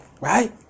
Right